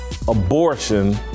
Abortion